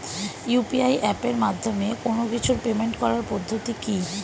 UPI এপের মাধ্যমে কোন কিছুর পেমেন্ট করার পদ্ধতি কি?